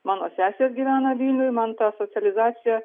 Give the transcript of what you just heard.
mano sesės gyvena vilniuj man ta socializacija